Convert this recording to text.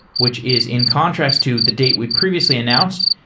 which is in contrast to the date we previously announced,